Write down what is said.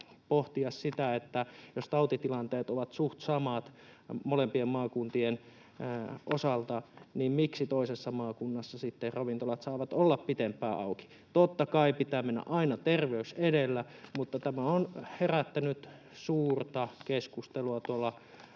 pohtia sitä, että jos tautitilanteet ovat suht samat molempien maakuntien osalta, niin miksi toisessa maakunnassa sitten ravintolat saavat olla pitempään auki? Totta kai pitää mennä aina terveys edellä, mutta tämä on herättänyt suurta keskustelua tuolla